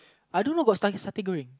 I don't know got satay Goreng